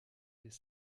les